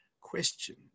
question